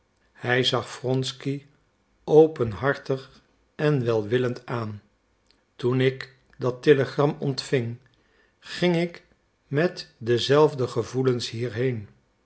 hij zag wronsky openhartig en welwillend aan toen ik dat telegram ontving ging ik met dezelfde gevoelens hierheen